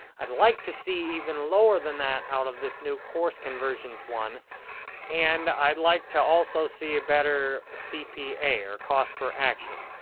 i'd like to see even lower than that out of this new course conversions one and i'd like to also see a better cpa or cost per action.